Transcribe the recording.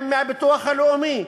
הם מהביטוח הלאומי,